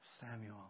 Samuel